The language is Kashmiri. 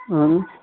اۭں